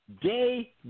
day